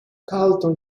carlton